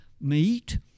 meat